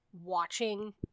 watching